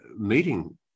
meeting